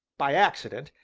by accident,